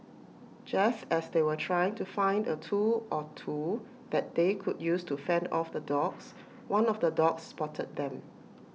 just as they were trying to find A tool or two that they could use to fend off the dogs one of the dogs spotted them